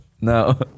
No